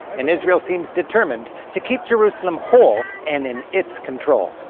and israel seems determined to keep jerusalem whole and in its control.